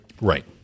Right